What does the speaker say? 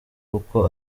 uko